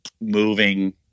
moving